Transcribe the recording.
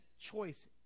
choice